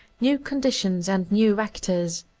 new conditions, and new actors.